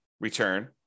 return